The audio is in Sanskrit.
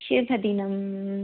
शुभदिनम्